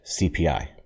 CPI